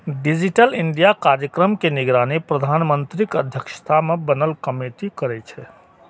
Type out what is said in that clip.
digital India कार्यक्रम के निगरानी प्रधानमंत्रीक अध्यक्षता मे बनल कमेटी करै छै